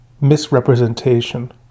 misrepresentation